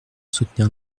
soutenir